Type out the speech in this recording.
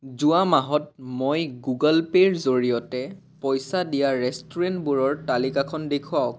যোৱা মাহত মই গুগল পে'ৰ জৰিয়তে পইচা দিয়া ৰেষ্টুৰেণ্টবোৰৰ তালিকাখন দেখুৱাওক